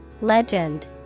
Legend